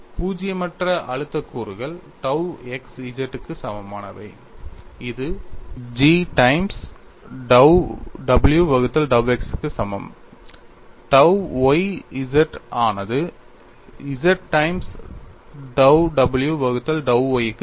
பூஜ்யமற்ற அழுத்த கூறுகள் tau x z க்கு சமமானவை இது G டைம்ஸ் dou w வகுத்தல் dou x க்கு சமம் tau y z ஆனது z டைம்ஸ் dou w வகுத்தல் dou y க்கு சமம்